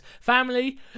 family